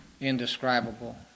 indescribable